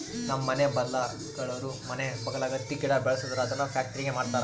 ನಮ್ಮ ಮನೆ ಬಗಲಾಗುಳೋರು ಮನೆ ಬಗಲಾಗ ಹತ್ತಿ ಗಿಡ ಬೆಳುಸ್ತದರ ಅದುನ್ನ ಪ್ಯಾಕ್ಟರಿಗೆ ಮಾರ್ತಾರ